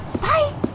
Bye